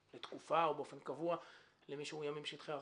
לתקופה או באופן קבוע למי שמאוים בשטחי הרשות?